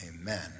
Amen